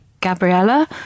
Gabriella